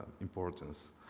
importance